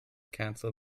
cancel